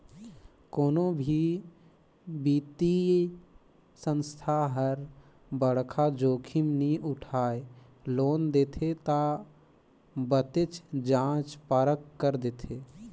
कोनो भी बित्तीय संस्था हर बड़खा जोखिम नी उठाय लोन देथे ता बतेच जांच परख कर देथे